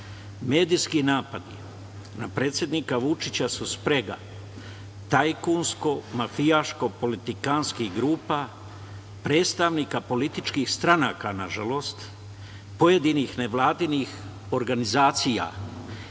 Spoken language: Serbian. Medijski napadi na predsednika Vučića su sprega tajkunsko mafijaškog politikanskih grupa, predstavnika političkih stranaka nažalost, pojedinih nevladinih organizacija,